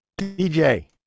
DJ